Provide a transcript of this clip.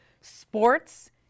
sports